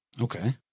Okay